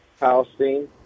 Palestine